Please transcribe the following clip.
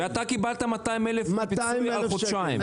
ואתה קיבלת 200,000 שקל פיצוי לחודשיים.